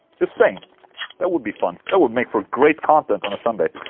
just saying that would be fun. that would make for great content on a sunday.